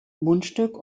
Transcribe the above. mundstück